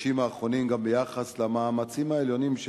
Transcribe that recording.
ובחודשים האחרונים גם ביחס למאמצים העליונים של